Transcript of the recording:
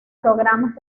programas